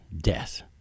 death